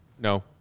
no